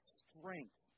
strength